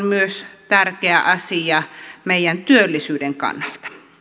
myös tärkeä asia meidän työllisyyden kannalta